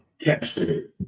captured